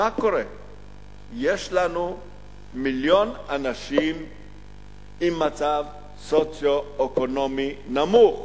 יש לנו מיליון אנשים במצב סוציו-אקונומי נמוך,